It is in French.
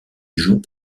joue